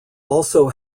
also